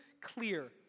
clear